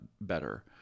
better